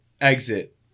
exit